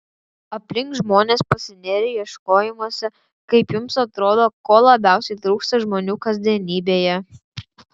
aplink žmonės pasinėrę ieškojimuose kaip jums atrodo ko labiausiai trūksta žmonių kasdienybėje